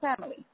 family